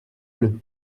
bleus